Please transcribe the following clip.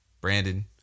Brandon